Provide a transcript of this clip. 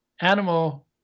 animal